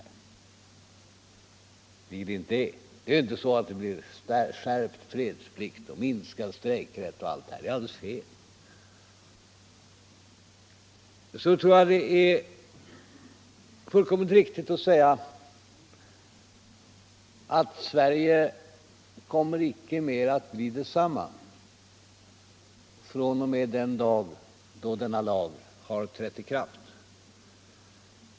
Det är ju inte så att det blir en skärpt fredsplikt, minskad strejkrätt och allt annat han talar om. Jag tror det är riktigt att säga att Sverige icke mer kommer att bli detsamma fr.o.m. den dag då denna lag har trätt i kraft.